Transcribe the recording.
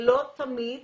לא תמיד